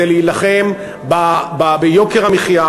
להילחם ביוקר המחיה,